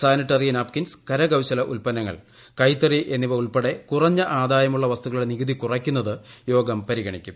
sanitary napkins കരകൌശല ഉൽപ്പന്നങ്ങൾ കൈത്തറി എന്നിവ ഉൾപ്പെടെ കുറഞ്ഞ ആദായമുള്ള വസ്തുക്കളുടെ നികുതി കുറയ്ക്കുന്നതു യോഗം പരിഗണിക്കും